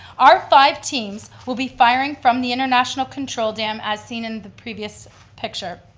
our five teams will be firing from the international control dam as seen in the previous picture.